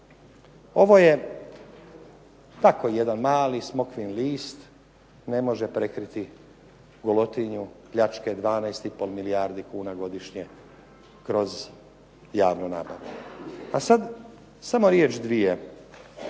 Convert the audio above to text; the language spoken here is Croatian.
ovo je tako jedan mali smokvin list, ne može prekriti golotinju pljačke 12 i pol milijardi kuna godišnje kroz javnu nabavu. A sad samo riječ dvije